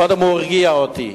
קודם הוא הרגיע אותי.